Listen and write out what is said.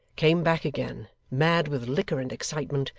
came back again, mad with liquor and excitement,